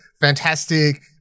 fantastic